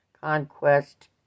conquest